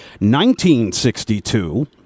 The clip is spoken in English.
1962